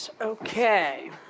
Okay